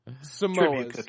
Samoa